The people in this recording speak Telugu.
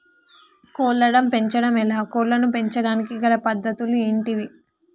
కోళ్లను పెంచడం ఎలా, కోళ్లను పెంచడానికి గల పద్ధతులు ఏంటివి?